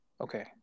Okay